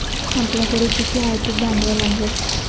आपल्याकडे किती आर्थिक भांडवल आहे?